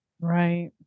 right